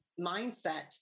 mindset